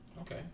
Okay